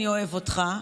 אני אוהב אותך.